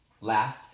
Last